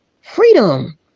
freedom